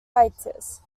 hiatus